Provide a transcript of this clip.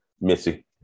Missy